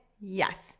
Yes